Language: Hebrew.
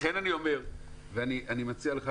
לכן, אדוני היושב-ראש, אני מציע לך,